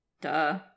Duh